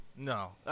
No